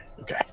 okay